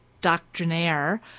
doctrinaire